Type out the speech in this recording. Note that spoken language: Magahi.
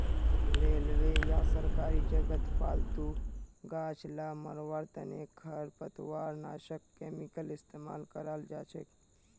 रेलवे या सरकारी जगहत फालतू गाछ ला मरवार तने खरपतवारनाशक केमिकल इस्तेमाल कराल जाछेक